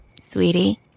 Sweetie